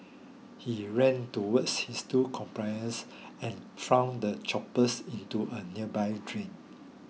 he ran towards his two accomplices and flung the choppers into a nearby drain